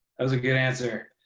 that was a good answer.